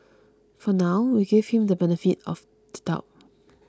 for now we give him the benefit of the doubt